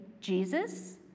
Jesus